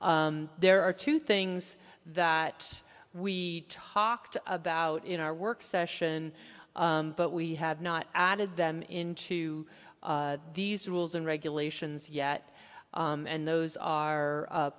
there are two things that we talked about in our work session but we have not added them into these rules and regulations yet and those are